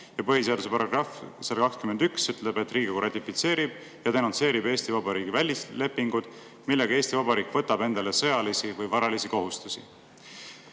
põhiseaduse § 121 ütleb, et Riigikogu ratifitseerib ja denonsseerib Eesti Vabariigi välislepingud, millega Eesti Vabariik võtab endale sõjalisi või varalisi kohustusi.